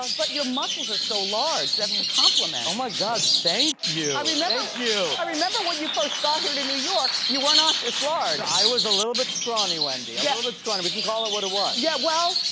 but your muscles are so large. that's a compliment! oh my god, thank you! thank you! i remember when you first got here, to new york, you were not as large. i was a little bit scrawny, wendy, a little bit scrawny. we can call it what it was. yeah, well,